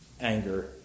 anger